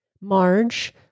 Marge